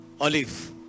Olive